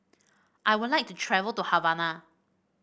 I would like to travel to Havana